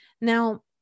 Now